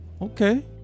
Okay